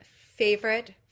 favorite